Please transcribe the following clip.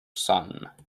sun